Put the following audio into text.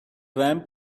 ramp